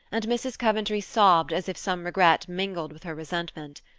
and mrs. coventry sobbed as if some regret mingled with her resentment.